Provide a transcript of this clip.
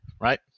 right